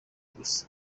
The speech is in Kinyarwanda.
gusa